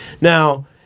Now